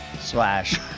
slash